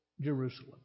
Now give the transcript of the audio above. Jerusalem